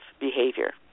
behavior